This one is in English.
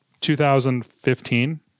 2015